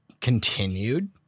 continued